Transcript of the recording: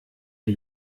die